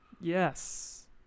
Yes